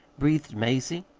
breathed mazie.